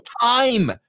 time